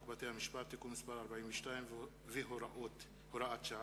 בתי-המשפט (תיקון מס' 42 והוראת שעה)